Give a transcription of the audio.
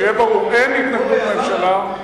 שיהיה ברור, אין התנגדות ממשלה.